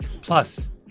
Plus